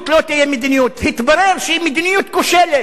התברר שהיא מדיניות כושלת, בלתי אפקטיבית,